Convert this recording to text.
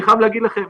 אני חייב להגיד לכם,